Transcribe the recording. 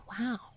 wow